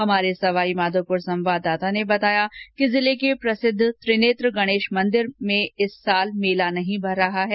हमारे सवाईमाघोपुर संवाददाता ने बताया कि जिले के प्रसिद्व त्रिनैत्र गणेश मंदिर में इस साल नहीं भर रहा है